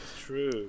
True